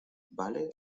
vale